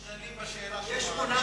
אנחנו דנים בשאלה שהוא מעלה.